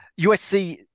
usc